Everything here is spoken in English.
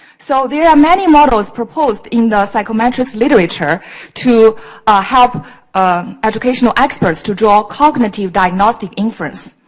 so, there are many models proposed in the psychometrics literature to help educational experts to draw cognitive diagnostic inference.